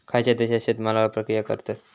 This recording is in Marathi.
खयच्या देशात शेतमालावर प्रक्रिया करतत?